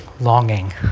longing